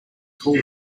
cool